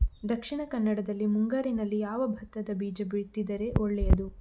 ದಕ್ಷಿಣ ಕನ್ನಡದಲ್ಲಿ ಮುಂಗಾರಿನಲ್ಲಿ ಯಾವ ಭತ್ತದ ಬೀಜ ಬಿತ್ತಿದರೆ ಒಳ್ಳೆಯದು?